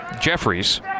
Jeffries